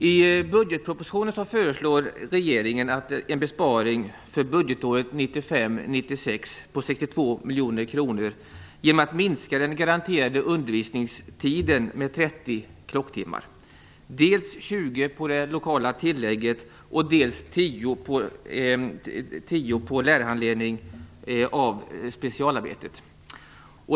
I budgetpropositionen föreslår regeringen en besparing för budgetåret 1995/96 på 62 miljoner kronor genom att minska den garanterade undervisningstiden med 30 klocktimmar, dels 20 på det lokala tillägget, dels 10 på lärarhandledning för specialarbete.